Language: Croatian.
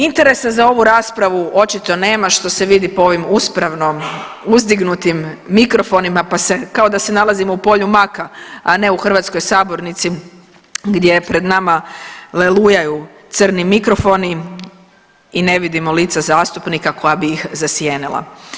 Interesa za ovu raspravu očito nema, što se vidi po ovim uspravno uzdignutim mikrofonima pa se, kao da se nalazimo u polju maka, a ne u hrvatskoj sabornici gdje je pred nama lelujaju crni mikrofoni i ne vidimo lica zastupnika koja bi ih zasjenila.